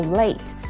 late